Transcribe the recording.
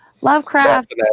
Lovecraft